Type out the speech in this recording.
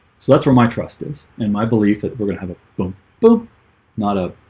so that's where my trust is and my belief that we're gonna have a boom boom not a